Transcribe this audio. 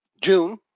June